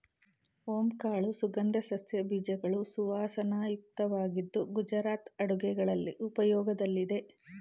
ಓಂ ಕಾಳು ಸುಗಂಧ ಸಸ್ಯ ಬೀಜಗಳು ಸುವಾಸನಾಯುಕ್ತವಾಗಿದ್ದು ಗುಜರಾತ್ ಅಡುಗೆಗಳಲ್ಲಿ ಉಪಯೋಗದಲ್ಲಿದೆ